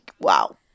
Wow